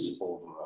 over